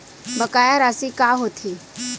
बकाया राशि का होथे?